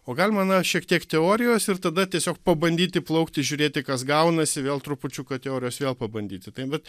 o galima na šiek tiek teorijos ir tada tiesiog pabandyti plaukti žiūrėti kas gaunasi vėl trupučiuką teorijos vėl pabandyti tai vat